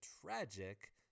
tragic